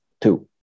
two